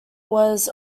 was